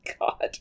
God